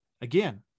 Again